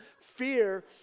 fear